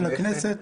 של הכנסת?